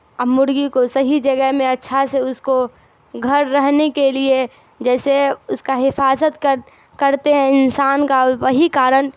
اب مرغی کو صحییح جگہ میں اچھا سے اس کو گھر رہنے کے لیے جیسے اس کا حفاظت کر کرتے ہیں انسان کا وہی کارن